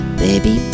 baby